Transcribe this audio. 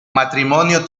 matrimonio